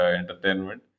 entertainment